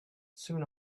soon